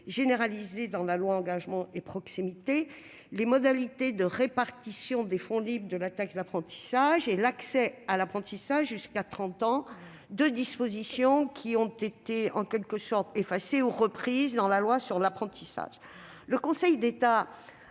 étendue dans la loi Engagement et proximité ; les modalités de répartition des fonds libres de la taxe d'apprentissage et l'accès à l'apprentissage jusqu'à l'âge de 30 ans, deux dispositions qui ont été « effacées » ou reprises dans la loi sur l'apprentissage. Le Conseil d'État